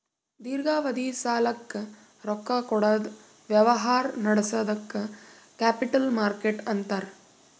ದೀರ್ಘಾವಧಿ ಸಾಲಕ್ಕ್ ರೊಕ್ಕಾ ಕೊಡದ್ ವ್ಯವಹಾರ್ ನಡ್ಸದಕ್ಕ್ ಕ್ಯಾಪಿಟಲ್ ಮಾರ್ಕೆಟ್ ಅಂತಾರ್